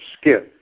skin